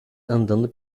andando